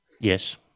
Yes